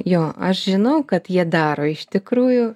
jo aš žinau kad jie daro iš tikrųjų